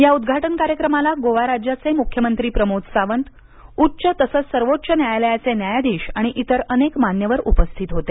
या उद्घाटन कार्यक्रमाला गोवा राज्याचे मुख्यमंत्री प्रमोद सावंत उच्च तसच सर्वोच्च न्यायालयाचे न्यायाधीश आणि इतर अनेक मान्यवर उपस्थित होते